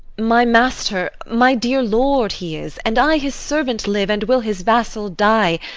my master, my dear lord he is and i his servant live, and will his vassal die.